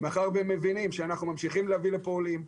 מאחר והם מבינים שאנחנו ממשיכים להביא לפה עולים,